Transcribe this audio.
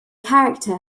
character